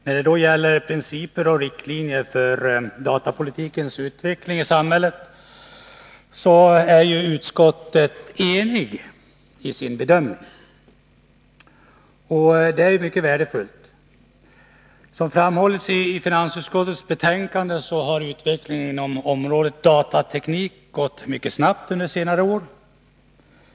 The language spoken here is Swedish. När det gäller principer och riktlinjer för datapolitikens utveckling i samhället är utskottet enigt i sin bedömning. Det är mycket värdefullt. Som framhålls i finansutskottets betänkande har utvecklingen inom området datateknik gått mycket snabbt under senare år.